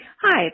Hi